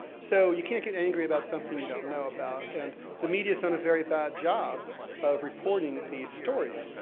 so you can't get angry about something you don't know about, and the media's done a very bad job of reporting these stories,